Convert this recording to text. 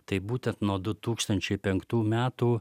tai būtent nuo du tūkstančiai penktų metų